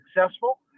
successful